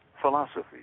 philosophy